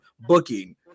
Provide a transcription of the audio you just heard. booking